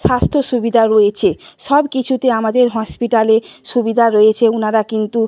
স্বাস্থ্য সুবিধা রয়েছে সব কিছুতে আমাদের হসপিটালে সুবিধা রয়েছে ওনারা কিন্তু